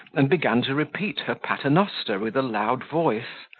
and began to repeat her pater noster with a loud voice.